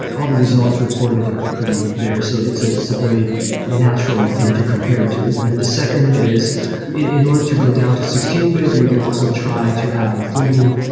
all the results reported are pretty there. so it's ah it's a very natural thing to compare to. and the second is in order to go down to sixteen bit, we can also try to have a floating,